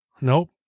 Nope